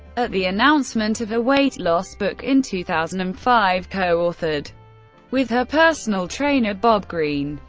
at the announcement of a weight loss book in two thousand and five, co-authored with her personal trainer bob greene,